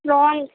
tron